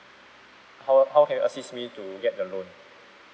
how how can you assist me to get the loan